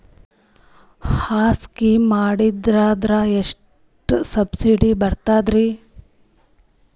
ಆ ಸ್ಕೀಮ ಮಾಡ್ಸೀದ್ನಂದರ ಎಷ್ಟ ಸಬ್ಸಿಡಿ ಬರ್ತಾದ್ರೀ?